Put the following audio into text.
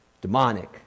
demonic